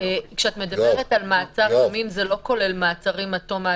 כשאת מדברת על מעצר ימים זה לא כולל מעצרים עד תום ההליכים.